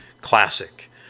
classic